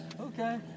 Okay